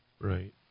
Right